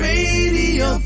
Radio